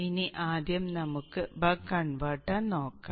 ഇനി ആദ്യം നമുക്ക് ബക്ക് കൺവെർട്ടർ നോക്കാം